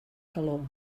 calor